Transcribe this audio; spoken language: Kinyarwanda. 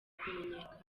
kumenyekana